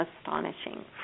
astonishing